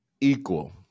equal